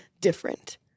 different